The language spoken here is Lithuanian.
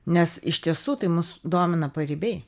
nes iš tiesų tai mus domina paribiai